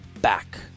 back